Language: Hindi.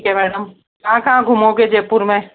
कहाँ कहाँ घुमोंगे जयपुर में